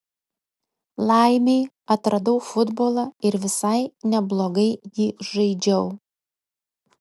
laimei atradau futbolą ir visai neblogai jį žaidžiau